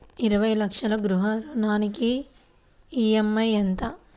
ఇరవై లక్షల గృహ రుణానికి ఈ.ఎం.ఐ ఎంత?